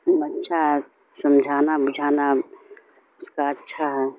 اچھا ہے سمجھانا بجھانا اس کا اچھا ہے